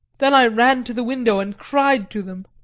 then i ran to the window and cried to them.